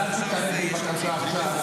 אז אל תתערב לי, בבקשה, עכשיו